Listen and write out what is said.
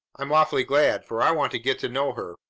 i'm awfully glad, for i want to get to know her.